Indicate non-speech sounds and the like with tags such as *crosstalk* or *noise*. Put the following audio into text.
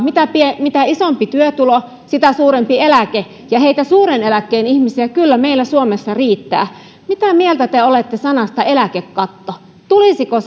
mitä isompi työtulo sitä suurempi eläke ja niitä suuren eläkkeen ihmisiä meillä suomessa kyllä riittää mitä mieltä te olette sanasta eläkekatto tulisiko *unintelligible*